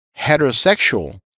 heterosexual